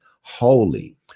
holy